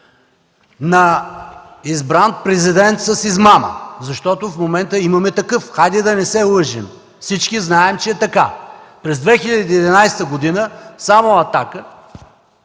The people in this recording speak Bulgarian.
На избран президент с измама, защото в момента имаме такъв. Хайде да не се лъжем, всички знаем, че е така. През 2011 г. само „Атака”,